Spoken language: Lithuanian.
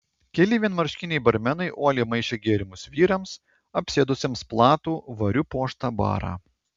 keli vienmarškiniai barmenai uoliai maišė gėrimus vyrams apsėdusiems platų variu puoštą barą